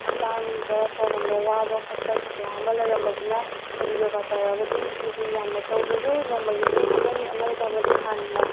ꯍꯛꯆꯥꯡꯗ ꯁꯣꯔ ꯍꯣꯟꯕ ꯋꯥꯕ ꯈꯣꯠꯄ ꯀꯌꯥ ꯑꯃ ꯂꯩꯔꯝꯕꯗꯨꯅ ꯍꯥꯏꯗꯤ ꯌꯣꯒꯥ ꯇꯧꯔꯕꯗꯤ ꯍꯥꯏꯗꯤ ꯌꯥꯝꯅ ꯇꯧꯗ꯭ꯔꯁꯨ ꯅꯣꯡꯃꯒꯤ ꯄꯨꯡ ꯑꯃꯅꯤ ꯑꯃꯅꯤ ꯇꯧꯔꯝꯕꯗꯤ ꯍꯥꯟꯅ